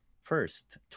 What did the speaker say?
first